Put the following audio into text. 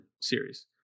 series